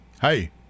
hey